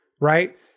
right